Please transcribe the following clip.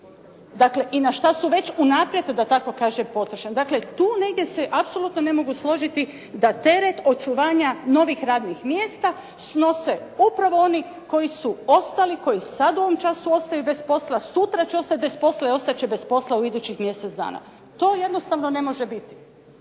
na što su unaprijed potrošena? Dakle tu negdje se ne mogu apsolutno složiti da teret očuvanja novih radnih mjesta snose upravo oni koji su ostali, koji u ovom času ostaju bez posla, sura će ostati bez i ostat će bez posla u idućih mjesec dana. To jednostavno ne može biti.